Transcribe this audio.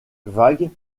vagues